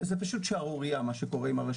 זאת פשוט שערורייה מה שקורה אתם,